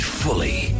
fully